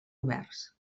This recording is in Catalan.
oberts